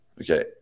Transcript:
Okay